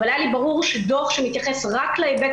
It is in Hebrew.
אבל היה לי ברור שדוח שמתייחס רק להיבט